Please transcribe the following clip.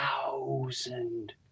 thousand